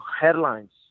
headlines